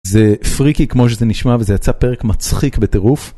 זה פריקי כמו שזה נשמע וזה יצא פרק מצחיק בטירוף.